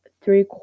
three